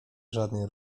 żadnej